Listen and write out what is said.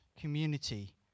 community